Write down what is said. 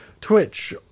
Twitch